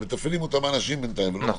ובינתיים מתפעלים אותם אנשים ולא מחשבים,